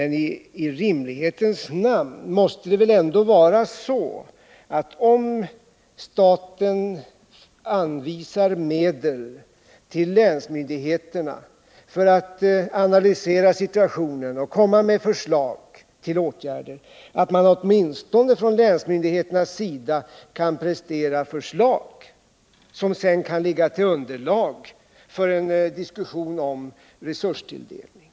I rimlighetens namn måste det väl ändå vara så, om staten anvisar medel till länsmyndigheterna för att de skall analysera situationen och komma med förslag till åtgärder, att de åtminstone kan prestera något förslag, som sedan kan bilda underlag för en diskussion om resurstilldelning.